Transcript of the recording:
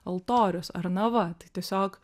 altorius ar na va tai tiesiog